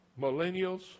millennials